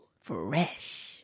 Fresh